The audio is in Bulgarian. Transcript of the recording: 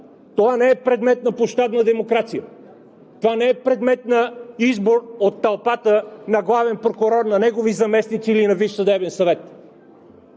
Това не е предмет на площадна демокрация, това не е предмет на избор от тълпата на главен прокурор, на негови заместници или на Висш съдебен съвет!